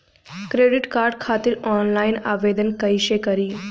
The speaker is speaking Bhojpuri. क्रेडिट कार्ड खातिर आनलाइन आवेदन कइसे करि?